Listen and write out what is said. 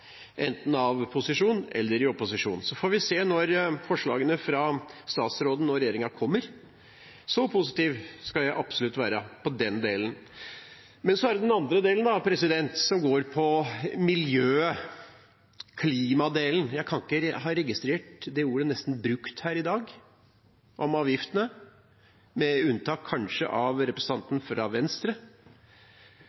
enten av posisjon eller opposisjon. Vi får se når forslagene fra statsråden og regjeringen kommer. Så positiv skal jeg absolutt være om den delen. Så til den andre delen – miljø- og klimadelen. Jeg har nesten ikke registrert at de ordene er brukt om avgiftene her i dag, kanskje med unntak av representanten